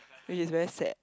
which is very sad